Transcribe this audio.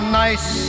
nice